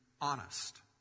honest